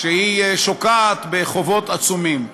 כשהיא שוקעת בחובות עצומים.